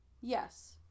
Yes